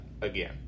again